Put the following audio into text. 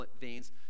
veins